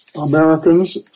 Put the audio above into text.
Americans